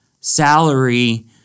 salary